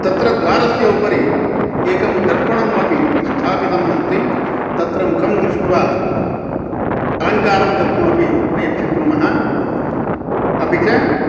तत्र द्वारस्य उपरि एकं दर्पनम् अपि स्थापितम् अस्ति तत्र मुखं दृष्ट्वा अलङ्कारं कर्तुमपि वयं शक्नुमः अपि च